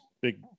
big